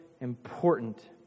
important